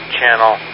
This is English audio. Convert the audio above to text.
channel